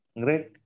great